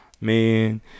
man